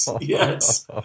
Yes